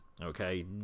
okay